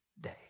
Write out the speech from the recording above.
day